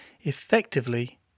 effectively